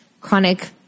chronic